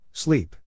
Sleep